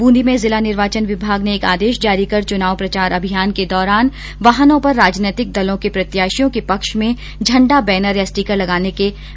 बूंदी में जिला निर्वाचन विभाग ने एक आदेश जारी कर चुनाव प्रचार अभियान के दौरान वाहनों पर राजनैतिक दलों के प्रत्याशियों के पक्ष में झंडा बैनर या स्टीकर लगाने पर प्रतिबंध लगा दिया है